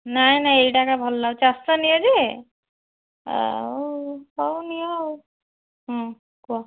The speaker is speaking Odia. ନାହିଁ ନାହିଁ ଏଇଟାକା ଭଲ ଲାଗୁଛି ଚାରିଶ ନିଅ ଯେ ଆଉ ହଉ ନିଅ କୁହ